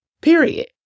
Period